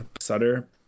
Sutter